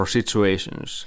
situations